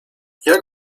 jak